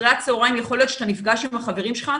אחרי הצהריים יכול להיות שאתה נפגש עם החברים שלך,